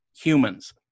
humans